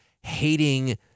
hating